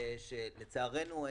לצערנו,